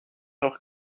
auch